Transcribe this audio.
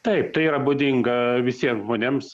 taip tai yra būdinga visiems žmonėms